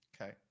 okay